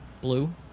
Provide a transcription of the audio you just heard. Blue